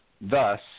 Thus